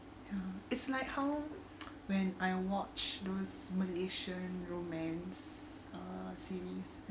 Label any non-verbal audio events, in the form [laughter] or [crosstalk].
ya it's like how [noise] when I watch those malaysian romance uh series